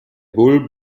bull